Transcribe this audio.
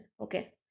okay